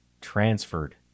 Transferred